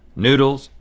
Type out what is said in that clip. noodles,